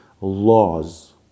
laws